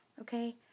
Okay